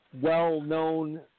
well-known